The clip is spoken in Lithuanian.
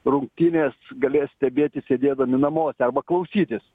rungtynes galės stebėti sėdėdami namuose arba klausytis